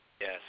Yes